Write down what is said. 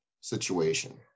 situation